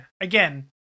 Again